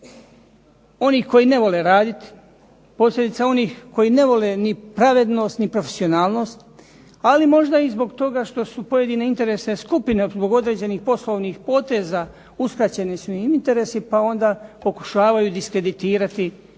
onih koji ne vole raditi, posljedica onih koji ne vole ni pravednost, ni profesionalnost, ali možda i zbog toga što su pojedine interesne skupine zbog određenih poslovnih poteza uskraćeni su im interesi pa onda pokušavaju diskreditirati